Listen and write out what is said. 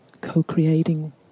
co-creating